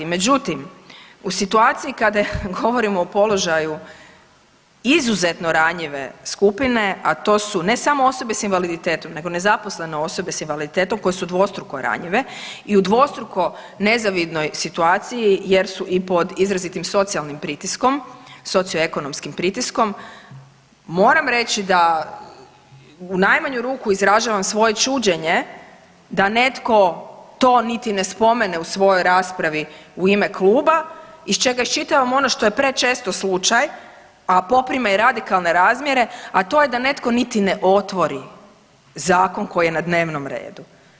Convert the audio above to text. Međutim u situaciji kada govorimo o položaju izuzetno ranjive skupine, a to su ne samo osobe sa invaliditetom nego nezaposlene osobe sa invaliditetom koje su dvostruko ranjive i u dvostruko nezavidnoj situaciji jer su i pod izrazitim socijalnim pritiskom, socioekonomskim pritiskom moram reći da u najmanju ruku izražavam svoje čuđenje da netko to niti ne spomene u svojoj raspravi u ime kluba iz čega iščitavam ono što je prečesto slučaj, a poprima i radikalne razmjere, a to je da netko niti ne otvori zakon koji je na dnevnom redu.